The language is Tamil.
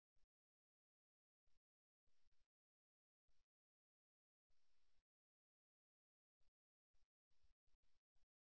மறுபுறம் இரண்டாவது புகைப்படத்தில் இது மற்றொன்றின் ஒப்பீட்டளவில் ஏற்றுக்கொள்ளலாகும்